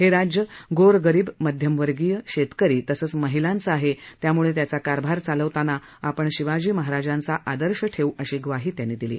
हे राज्य गोरगरीब मध्यमवर्गीय शेतकरी तसंच महिलांचं आहे त्यामुळे त्याचा कारभार चालवताना आपण शिवाजी महाराजांचा आदर्श ठेवू अशी ग्वाही त्यांनी दिली